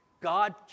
God